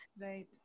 right